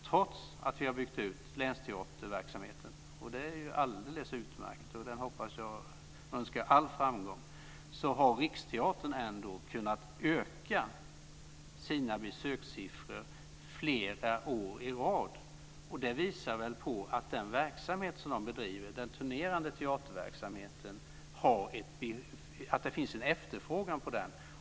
Trots att vi har byggt ut länsteaterverksamheten - vilket är alldeles utmärkt, och jag önskar den all framgång - har Riksteatern kunnat öka sina besökssiffror flera år i rad. Det visar väl att den verksamhet som de bedriver, den turnerande teaterverksamheten, finns det en efterfrågan på.